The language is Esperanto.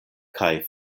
kaj